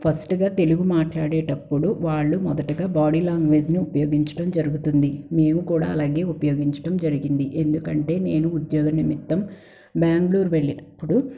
ఫస్ట్గా తెలుగు మాట్లాడేటప్పుడు వాళ్ళు మొదటగా బాడీ లాంగ్వేజ్ను ఉపయోగించటం జరుగుతుంది మేము కూడా అలాగే ఉపయోగించటం జరిగింది ఎందుకంటే నేను ఉద్యోగ నిమిత్తం బ్యాంగ్లూర్ వెళ్ళినప్పుడు